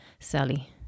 Sally